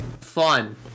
fun